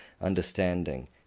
understanding